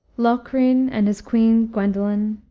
locrine and his queen gwendolen,